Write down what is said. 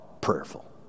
prayerful